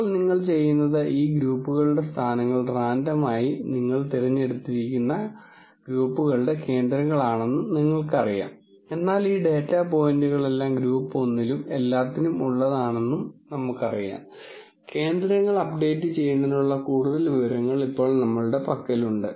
ഇപ്പോൾ നിങ്ങൾ ചെയ്യുന്നത് ഈ ഗ്രൂപ്പുകളുടെ സ്ഥാനങ്ങൾ റാൻഡം ആയി ഇപ്പോൾ തിരഞ്ഞെടുത്തിരിക്കുന്ന ഈ ഗ്രൂപ്പുകളുടെ കേന്ദ്രങ്ങളാണെന്ന് നിങ്ങൾക്കറിയാം എന്നാൽ ഈ ഡാറ്റാ പോയിന്റുകളെല്ലാം ഗ്രൂപ്പ് 1 ലും എല്ലാത്തിനും ഉള്ളതാണെന്ന് എനിക്കറിയാം കേന്ദ്രങ്ങൾ അപ്ഡേറ്റ് ചെയ്യുന്നതിനുള്ള കൂടുതൽ വിവരങ്ങൾ ഇപ്പോൾ നമ്മളുടെ പക്കലുണ്ട്